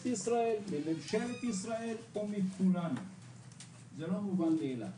ישראל בממשלת ישראל --- זה לא מובן מאליו,